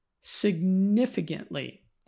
significantly